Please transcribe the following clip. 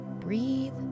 Breathe